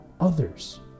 others